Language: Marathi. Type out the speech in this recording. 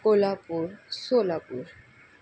कोल्हापूर सोलापूर